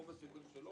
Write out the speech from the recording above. רוב הסיכויים שלא,